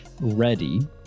Ready